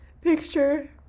picture